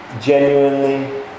Genuinely